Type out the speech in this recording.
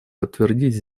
подтвердить